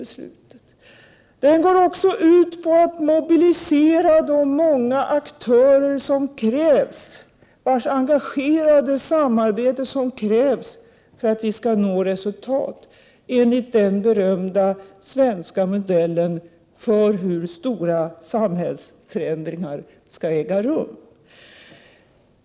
Metoden går också ut på att mobilisera de många aktörer vilkas engagerade samarbete krävs för att vi skall nå resultat enligt den berömda svenska modellen för hur stora samhällsförändringar skall äga rum.